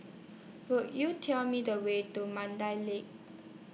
Could YOU Tell Me The Way to Mandai Lake